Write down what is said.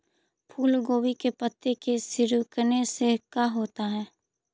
फूल गोभी के पत्ते के सिकुड़ने से का होता है?